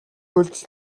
үйлдэл